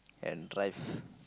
and drive